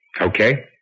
Okay